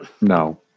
No